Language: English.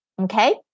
Okay